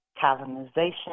colonization